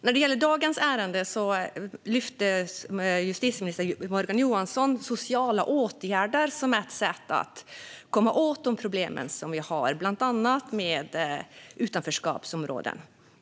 När det gäller dagens ärende lyfte justitieminister Morgan Johansson fram sociala åtgärder som ett sätt att komma åt de problem vi har, bland annat med utanförskapsområden.